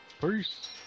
Peace